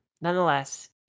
nonetheless